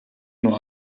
nur